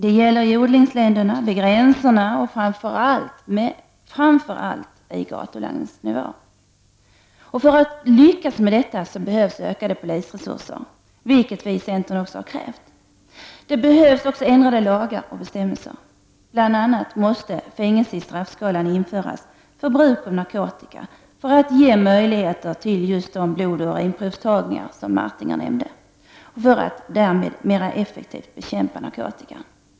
Det gäller i odlingsländerna, vid gränserna, men framföra allt på gatulangningsnivå. För att lyckas med detta behövs ökade polisresurser, vilket vi i centern har krävt. Det behövs också ändrade lagar och bestämmelser. Bl.a. måste fängelse i straffskalan införas för bruk av narkotika för att ge möjlighet till blodoch urinprovstagningar och husrannsakan, som Jerry Martinger krävde, för att därigenom mera effektivt bekämpa narkotikan.